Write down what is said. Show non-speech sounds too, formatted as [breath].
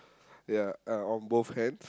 [breath] yeah uh on both hands